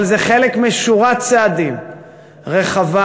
אבל זה חלק משורת צעדים רחבה,